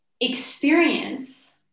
experience